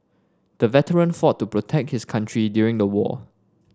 the veteran fought to protect his country during the war